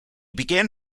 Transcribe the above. began